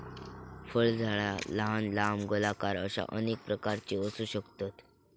फळझाडा लहान, लांब, गोलाकार अश्या अनेक प्रकारची असू शकतत